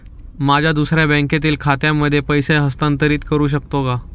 माझ्या दुसऱ्या बँकेतील खात्यामध्ये पैसे हस्तांतरित करू शकतो का?